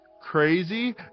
crazy